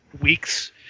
weeks